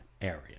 area